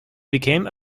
became